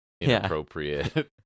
inappropriate